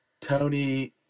Tony